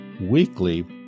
weekly